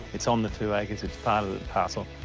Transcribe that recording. it's on the two acres. it's part of the parcel.